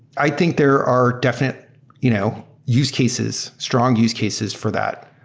i think there are definite you know use cases, strong use cases for that,